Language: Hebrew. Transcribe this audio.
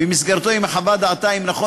ובמסגרתו היא מחווה את דעתה אם נכון